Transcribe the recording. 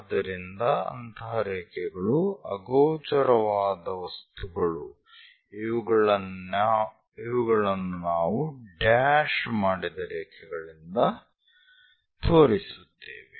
ಆದ್ದರಿಂದ ಅಂತಹ ರೇಖೆಗಳು ಅಗೋಚರವಾದ ವಸ್ತುಗಳು ಇವುಗಳನ್ನುನಾವು ಡ್ಯಾಶ್ ಮಾಡಿದ ರೇಖೆಗಳಿಂದ ತೋರಿಸುತ್ತೇವೆ